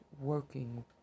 working